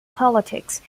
politics